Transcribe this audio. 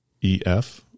E-F